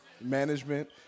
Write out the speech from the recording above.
Management